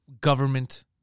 government